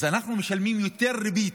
אז אנחנו משלמים יותר ריבית,